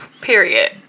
Period